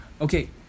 Okay